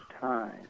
time